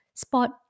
spot